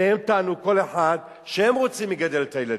שניהם טענו שהם רוצים לגדל את הילדים.